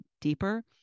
deeper